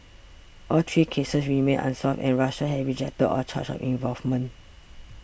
all three cases remain unsolved and Russia has rejected all charges of involvement